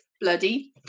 bloody